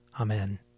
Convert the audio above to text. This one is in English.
Amen